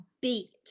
beat